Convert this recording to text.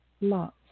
love